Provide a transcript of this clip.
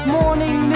morning